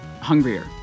hungrier